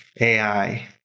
AI